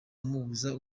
amubuza